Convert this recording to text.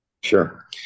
Sure